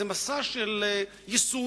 איזה מסע של ייסורים,